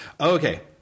Okay